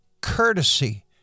courtesy